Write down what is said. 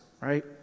right